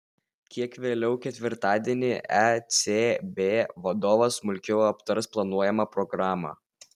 kiek vėliau ketvirtadienį ecb vadovas smulkiau aptars planuojamą programą